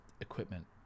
equipment